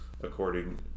according